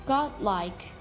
Godlike